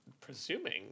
presuming